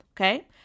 Okay